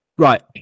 right